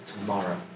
tomorrow